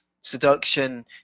seduction